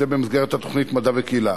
זה במסגרת התוכנית "מדע וקהילה".